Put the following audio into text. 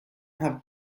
have